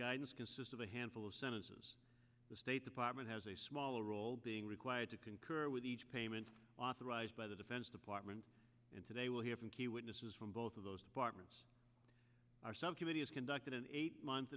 guidance consist of a handful of sentences the state department has a smaller role being required to concur with each payment authorized by the defense department and today we'll hear from key witnesses from both of those departments are subcommittee has conducted an eight month